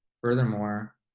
furthermore